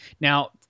Now